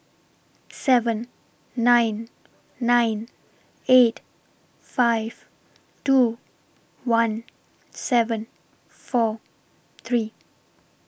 seven nine nine eight five two one seven four three